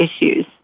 issues